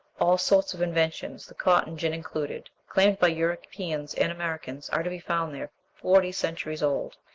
all sorts of inventions, the cotton-gin included, claimed by europeans and americans, are to be found there forty centuries old.